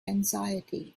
anxiety